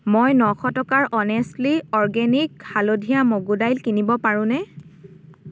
মই নশ টকাৰ অনেষ্ট্লী অৰ্গেনিক হালধীয়া মগু দাইল কিনিব পাৰোঁনে